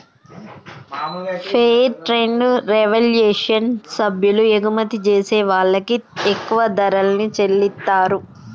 fair trade revolution సభ్యులు ఎగుమతి జేసే వాళ్ళకి ఎక్కువ ధరల్ని చెల్లిత్తారు